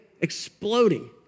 exploding